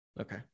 Okay